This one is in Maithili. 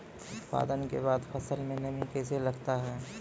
उत्पादन के बाद फसल मे नमी कैसे लगता हैं?